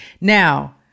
Now